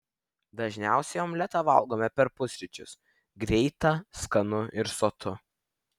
dažniausiai omletą valgome per pusryčius greita skanu ir sotu